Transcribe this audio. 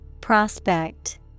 Prospect